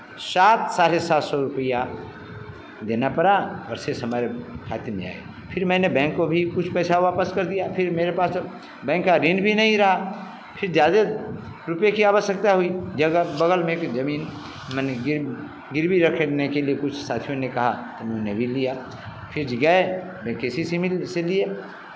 सात साढ़े सात सौ रुपैया देना पड़ा और शेष हमारे खाते में आई फिर हमने बैंक को भी कुछ पैसा वापस कर दिया फिर मेरे पास तो बैंक का ऋण भी नहीं रहा फिर ज़्यादे रुपए की आवश्यकता हुई जगह बग़ल में एक ज़मीन मैंने गिर गिरवी रखने के लिए कुछ साथियों ने कहा तो मैंने भी लिया फिर गए किसी से मिल से लिए